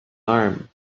arm